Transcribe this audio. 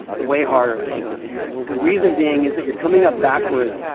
way harder, as far as i'm concerned, the reason being is that you're coming up backwards.